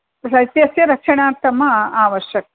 शैत्यस्य रक्षणार्थम् आवश्यक्